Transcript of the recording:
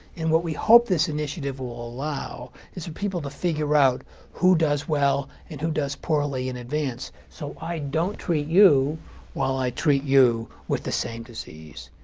and what we hope this initiative will allow is for people to figure out who does well and who does poorly in advance, so i don't treat you while i treat you, with the same disease.